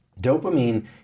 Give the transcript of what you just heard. Dopamine